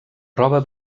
roba